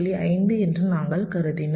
5 என்று நாங்கள் கருதினோம்